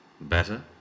Better